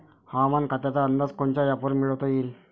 हवामान खात्याचा अंदाज कोनच्या ॲपवरुन मिळवता येईन?